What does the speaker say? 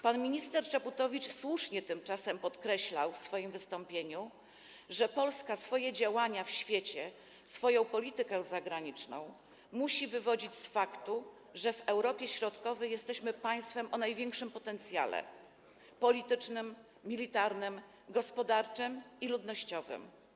Pan minister Czaputowicz słusznie tymczasem podkreślał w swoim wystąpieniu, że Polska swoje działania w świecie, swoją politykę zagraniczną musi wywodzić z faktu, że w Europie Środkowej jesteśmy państwem o największym potencjale politycznym, militarnym, gospodarczym i ludnościowym.